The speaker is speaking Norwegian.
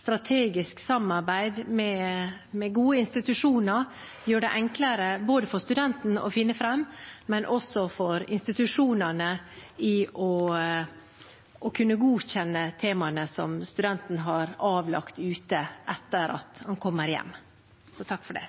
strategisk samarbeid med gode institusjoner gjør det enklere ikke bare for studenten å finne fram, men også for institusjonene å kunne godkjenne emnene som studenten har avlagt ute, etter at han kommer hjem. Så takk for det.